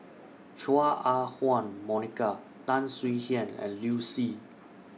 Chua Ah Huwa Monica Tan Swie Hian and Liu Si